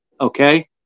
Okay